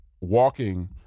walking